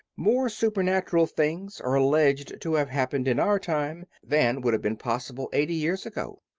more supernatural things are alleged to have happened in our time than would have been possible eighty years ago.